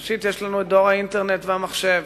ראשית, יש לנו דואר אינטרנט ומחשב.